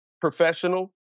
professional